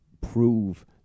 prove